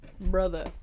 Brother